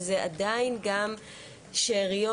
וזה עדיין גם שאריות,